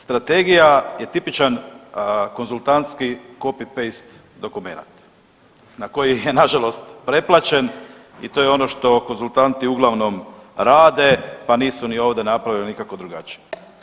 Strategija je tipičan konzultantski copy paste dokumenat na koji je nažalost preplaćen i to je ono što konzultanti uglavnom rade, pa nisu ni ovdje napravili nikako drugačije.